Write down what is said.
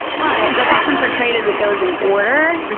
but that's often portrayed as it goes in order,